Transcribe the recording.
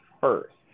first